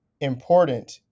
important